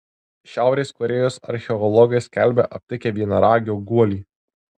šiaurės korėjos archeologai skelbia aptikę vienaragio guolį